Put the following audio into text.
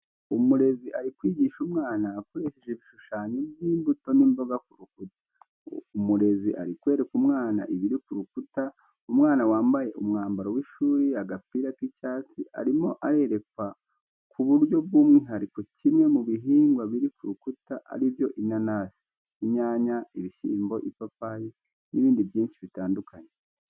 Umurezi ari kwigisha umwana akoresheje ibishushanyo by’imbuto n’imboga ku rukuta. Umurezi ari kwereka umwana ibiri ku rukuta. Umwana wambaye umwambaro w’ishuri agapira k’icyatsi arimo arerekwa ku buryo bw'umwihariko kimwe mubihingwa biri kurukuta aribyo inanasi, inyanya ,ibishyimbo ,ipapayi n'ibindi byinshi bitandukanye.